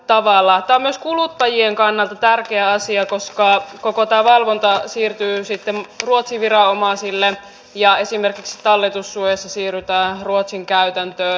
tämä on myös kuluttajien kannalta tärkeä asia koska koko tämä valvonta siirtyy sitten ruotsin viranomaisille ja esimerkiksi talletussuojassa siirrytään ruotsin käytäntöön